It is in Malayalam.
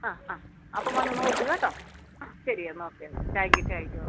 ആ ആ അപ്പോൾ വന്നു നോക്ക് കേട്ടോ ആ ശരി എന്നാൽ okay thank you thank you okay